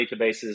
databases